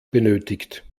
benötigt